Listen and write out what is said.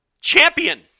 Champion